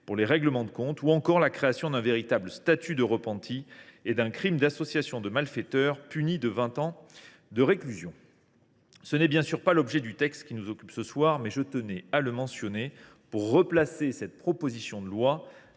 pour les règlements de comptes, la création d’un véritable statut de repenti, ou encore celle d’un crime d’association de malfaiteurs, puni de vingt ans de réclusion. Ce n’est bien sûr pas l’objet du texte qui nous occupe ce soir, mais je tenais à le mentionner pour replacer cette proposition de loi